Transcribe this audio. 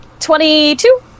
Twenty-two